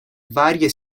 varie